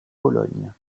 pologne